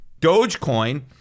Dogecoin